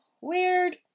weird